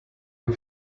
you